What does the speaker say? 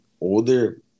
older